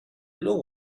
blue